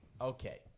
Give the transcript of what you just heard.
Okay